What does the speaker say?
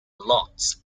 lots